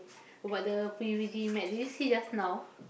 but the P_U_B_G map did you see just now